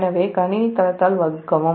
எனவே கணினி தளத்தால் வகுக்கவும்